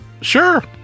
Sure